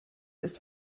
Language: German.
ist